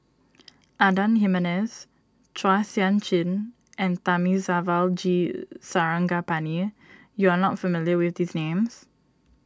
Adan Jimenez Chua Sian Chin and Thamizhavel G Sarangapani you are not familiar with these names